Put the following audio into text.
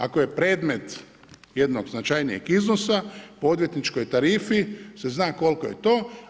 Ako je predmet jednog značajnijeg iznosa, po odvjetničkoj tarifi se zna koliko je to.